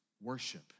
worship